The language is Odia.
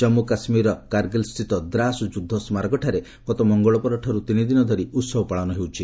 ଜାମ୍ପୁ କାଶ୍ମୀରର କାଗଗିଲ ସ୍ଥିତ ଦ୍ରାସ ଯୁଦ୍ଧ ସ୍ମାରକଠାରେ ଗତ ମଙ୍ଗଳବାରଠାରୁ ତିନି ଦିନ ଧରି ଉହବ ପାଳନ ହେଉଛି